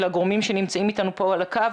לגורמים שנמצאים איתנו פה על הקו.